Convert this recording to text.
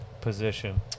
position